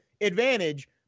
advantage